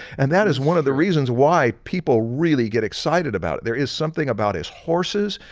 and that is one of the reasons why people really get excited about it. there is something about his horses,